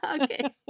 Okay